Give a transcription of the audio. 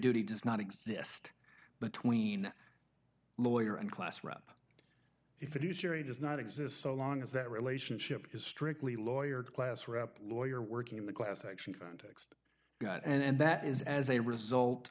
duty does not exist between lawyer and class rep if it is sure it does not exist so long as that relationship is strictly lawyer class rep lawyer working in the class action context got and that is as a result